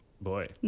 boy